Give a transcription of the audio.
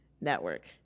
network